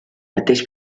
artes